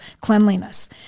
cleanliness